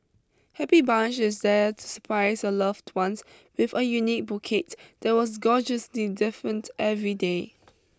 Happy Bunch is there to surprise your loved ones with a unique bouquet that was gorgeously different every day